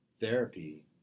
therapy